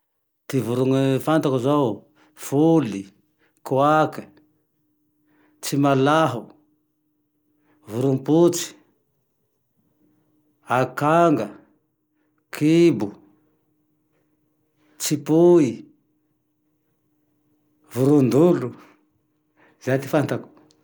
Ty vorogne fantako zao foly, koaky, tsilaho, vorom-potsy, akanga, kibo, tsipoy, voron-dolo, zay ty fantako